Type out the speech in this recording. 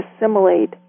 assimilate